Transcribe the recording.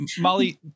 Molly